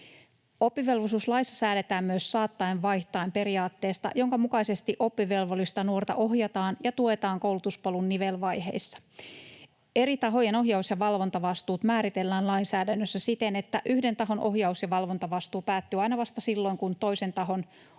Oppivelvollisuuslaissa säädetään myös saattaen vaihtaen ‑periaatteesta, jonka mukaisesti oppivelvollista nuorta ohjataan ja tuetaan koulutuspolun nivelvaiheissa. Eri tahojen ohjaus‑ ja valvontavastuut määritellään lainsäädännössä siten, että yhden tahon ohjaus‑ ja valvontavastuu päättyy aina vasta silloin, kun toisen tahon ohjaus‑